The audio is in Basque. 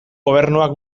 gobernuak